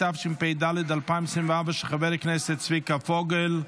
התשפ"ד 2024, של חבר הכנסת צביקה פוגל.